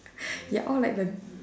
ya all like the